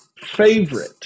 favorite